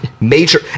major